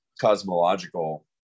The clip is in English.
cosmological